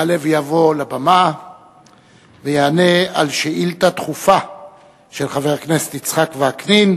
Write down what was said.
יעלה ויבוא לבמה ויענה על שאילתא דחופה של חבר הכנסת יצחק וקנין